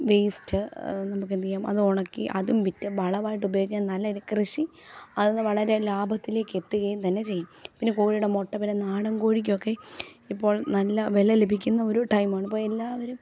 waste നമുക്ക് എന്ത് ചെയ്യാം അത് ഉണക്കി അതും വിറ്റ് വളമായിട്ട് ഉപയോഗിക്കാൻ നല്ല ഇത് കൃഷി അത് വളരെ ലാഭത്തിലേക്ക് എത്തുകയും തന്നെ ചെയ്യും പിന്നെ കോഴിയുടെ മുട്ട നാടൻ കോഴിക്കൊക്കെ ഇപ്പോൾ നല്ല വില ലഭിക്കുന്ന ഒരു ടൈമാണ് അപ്പോൾ എല്ലാവരും